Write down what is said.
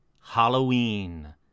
Halloween